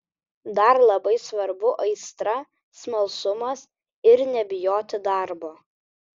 dar labai svarbu aistra smalsumas ir nebijoti darbo